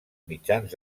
mitjans